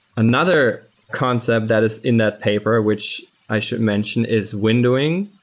another concept that is in that paper, which i should mention, is windowing.